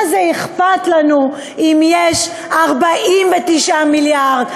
מה זה אכפת לנו אם יש 49 מיליארד,